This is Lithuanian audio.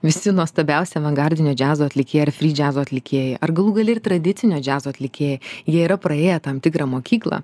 visi nuostabiausi avangardinio džiazo atlikėjai ar frydžiazo atlikėjai ar galų gale ir tradicinio džiazo atlikėjai jie yra praėję tam tikrą mokyklą